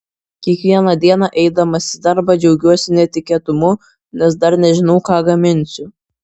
kiekvieną dieną eidamas į darbą džiaugiuosi netikėtumu nes dar nežinau ką gaminsiu